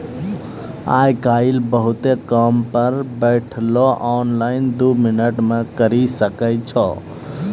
आय काइल बहुते काम घर बैठलो ऑनलाइन दो मिनट मे करी सकै छो